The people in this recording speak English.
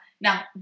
Now